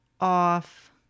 off